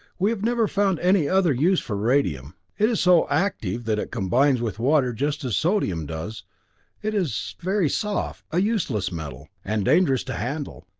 we have never found any other use for radium it is so active that it combines with water just as sodium does it is very soft a useless metal, and dangerous to handle.